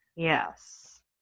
Yes